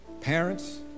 Parents